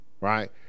right